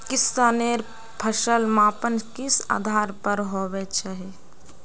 किसानेर फसल मापन किस आधार पर होबे चही?